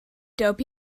dope